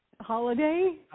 holiday